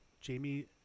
Jamie